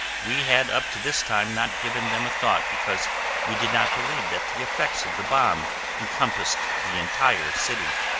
we had up to this time not given them a thought because we did not believe that the effects of the bomb encompassed the entire city.